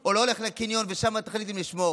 או לא הולך לקניון ושם תחליט אם לשמור.